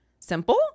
Simple